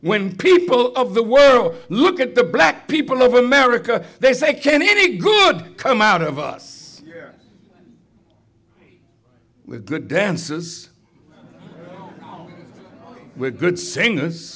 when people of the world look at the black people of america they say can any good come out of us with good dances with good singers